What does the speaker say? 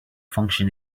function